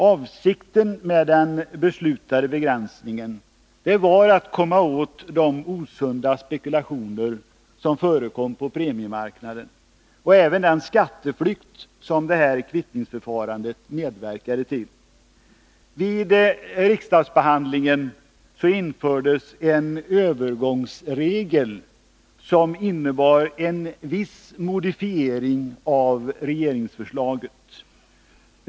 Avsikten med den beslutade begränsningen var att komma åt de osunda spekulationer som förekom på premiemarknaden och även den skatteflykt som detta kvittningsförfarande medverkade till. Vid riksdagsbehandlingen infördes en övergångsregel som innebar en viss modifiering av regeringsförslaget.